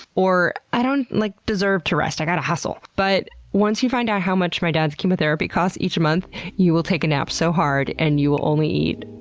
or, i don't, like, deserve to rest, i gotta hustle! but, once you find out how much my dad's chemotherapy costs each month you will take a nap so hard and you will only eat,